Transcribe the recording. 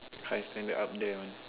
high standard up there one